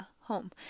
home